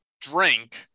Drink